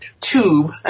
tube